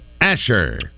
Asher